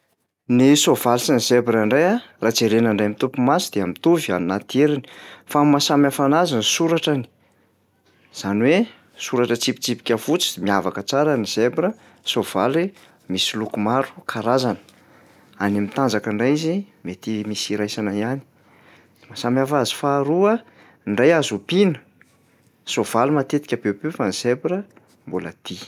Ny soavaly sy ny zebra ndray a, raha jerena indray mitopy maso dia mitovy any anaty heriny fa ny mahasamy hafa anazy ny soratrany, zany hoe soratra tsipitsipika fotsy miavaka tsara ny zebra, soavaly misy loko maro karazany. Any am'tanjaka indray izy mety misy iraisana ihany. Ny mahasamy hafa azy faharoa, ny iray azo ompiana, soavaly matetika be mpiompy fa ny zebra mbôla dia.